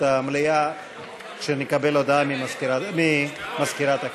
המליאה כשנקבל הודעה ממזכירת הכנסת.